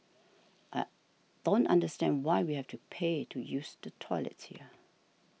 I don't understand why we have to pay to use the toilets here